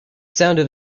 sounded